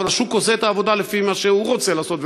אבל השוק עושה את העבודה לפי מה שהוא רוצה לעשות,